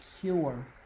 cure